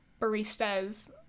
baristas